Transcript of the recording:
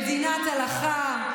מדינת הלכה.